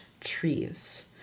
trees